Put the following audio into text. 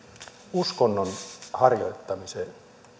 uskonnon harjoittamiseen